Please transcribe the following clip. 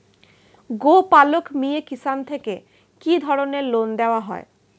গোপালক মিয়ে কিষান থেকে কি ধরনের লোন দেওয়া হয়?